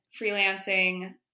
freelancing